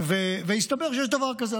והסתבר שיש דבר כזה,